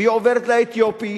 והיא עוברת לאתיופי,